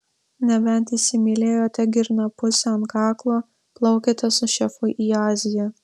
nebent įsimylėjote girnapusę ant kaklo plaukiate su šefu į aziją